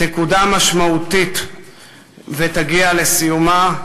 תקודם משמעותית ותגיע לסיומה.